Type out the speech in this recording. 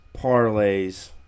parlays